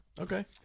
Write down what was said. Okay